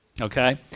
okay